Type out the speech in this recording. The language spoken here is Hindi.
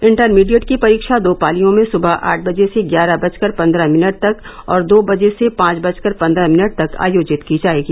इंटरमीडिएट की परीक्षा दो पालियों में सुबह आठ बजे से ग्यारह बजकर पन्द्रह मिनट तक और दो बजे से पांच बजकर पंद्रह मिनट तक आयोजित की जाएगी